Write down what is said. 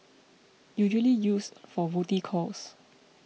usually used for booty calls